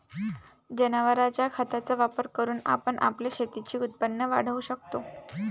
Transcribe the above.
जनावरांच्या खताचा वापर करून आपण आपल्या शेतीचे उत्पन्न वाढवू शकतो